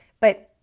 but,